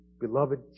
beloved